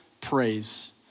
praise